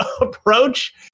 approach